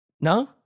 No